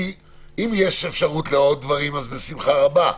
אם יש אפשרות לעוד דברים, אז בשמחה רבה.